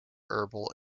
herbal